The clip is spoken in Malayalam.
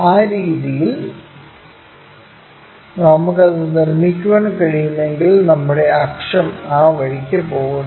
ആ രീതിയിൽ നമുക്ക് അത് നിർമ്മിക്കാൻ കഴിയുമെങ്കിൽ നമ്മുടെ അക്ഷം ആ വഴിക്ക് പോകുന്നു